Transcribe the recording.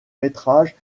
métrages